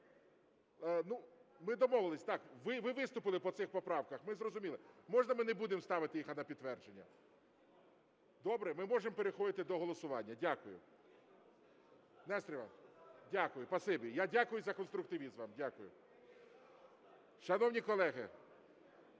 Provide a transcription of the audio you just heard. Ми домовились, так, ви виступили по цим поправкам, ми зрозуміли. Можна ми не будемо ставити їх на підтвердження? Добре? Ми можемо переходити до голосування, дякую. Нестор Іванович, дякую, спасибі, я дякую за конструктивізм вам, дякую. Шановні колеги…